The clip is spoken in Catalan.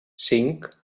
cinc